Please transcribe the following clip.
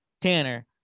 Tanner